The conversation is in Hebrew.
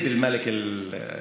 הסבא של המלך הנוכחי,